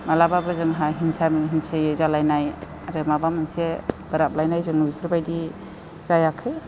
मालाबाबो जोंहा हिंसा हिंसि जालायनाय आरो माबा मोनसे बोराबलायनाय जोङो बेफोरबायदि जायाखै